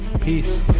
Peace